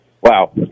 Wow